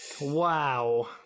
Wow